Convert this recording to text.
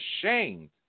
ashamed